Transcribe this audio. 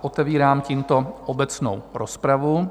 Otevírám tímto obecnou rozpravu.